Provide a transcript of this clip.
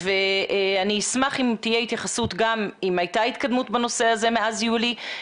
אני אשמח אם תהיה התייחסות גם אם הייתה התקדמות בנושא הזה מאז יולי.